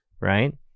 Right